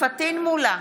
פטין מולא,